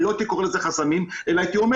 אני לא הייתי קורא לזה חסמים אלא הייתי אומר